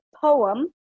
poem